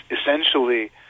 essentially